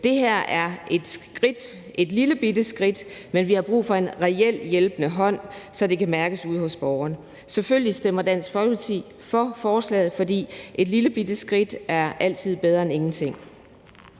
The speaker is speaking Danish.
det her er et skridt, et lillebitte skridt, men at vi har brug for en reelt hjælpende hånd, så det kan mærkes ude hos borgerne. Selvfølgelig stemmer Dansk Folkeparti for forslaget, for et lillebitte skridt er altid bedre end ingenting.